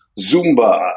Zumba